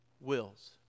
wills